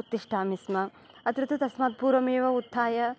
उत्तिष्ठामि स्म अत्र तु तस्मात् पूर्वमेव उत्थाय